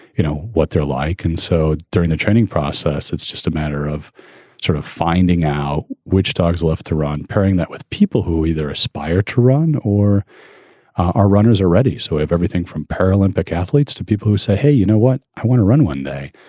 you know, what they're like. and so during the training process, it's just a matter of sort of finding out which dogs love to run. pairing that with people who either aspire to run or are runners are ready. so have everything from paralympic athletes to people who say, hey, you know what, i want to run one day.